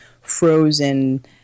frozen